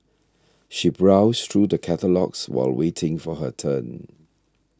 she browsed through the catalogues while waiting for her turn